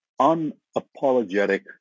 unapologetic